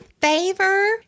Favor